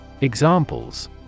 Examples